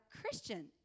Christian